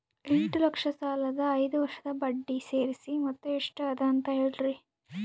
ಎಂಟ ಲಕ್ಷ ಸಾಲದ ಐದು ವರ್ಷದ ಬಡ್ಡಿ ಸೇರಿಸಿ ಮೊತ್ತ ಎಷ್ಟ ಅದ ಅಂತ ಹೇಳರಿ?